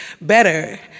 better